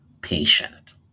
patient